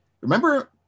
Remember